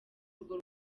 urwo